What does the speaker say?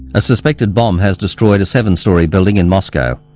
a suspected bomb has destroyed a seven-storey building in moscow.